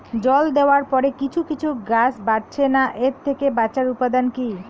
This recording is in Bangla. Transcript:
জল দেওয়ার পরে কিছু কিছু গাছ বাড়ছে না এর থেকে বাঁচার উপাদান কী?